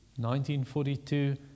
1942